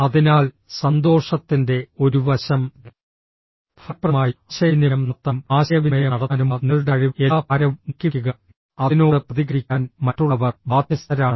അതിനാൽ സന്തോഷത്തിൻറെ ഒരു വശം ഫലപ്രദമായി ആശയവിനിമയം നടത്താനും ആശയവിനിമയം നടത്താനുമുള്ള നിങ്ങളുടെ കഴിവ് എല്ലാ ഭാരവും നീക്കിവെക്കുക അതിനോട് പ്രതികരിക്കാൻ മറ്റുള്ളവർ ബാധ്യസ്ഥരാണ്